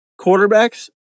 Quarterbacks